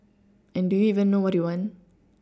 and do you even know what you want